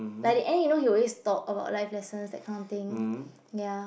like in the end you know he always talk about life lesson that kind of thing ya